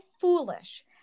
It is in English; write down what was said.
foolish